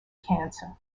cancer